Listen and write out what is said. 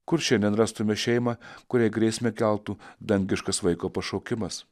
kur šiandien rastume šeimą kuriai grėsmę keltų dangiškas vaiko pašaukimas